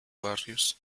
barrios